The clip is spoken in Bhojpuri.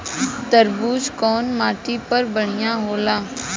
तरबूज कउन माटी पर बढ़ीया होला?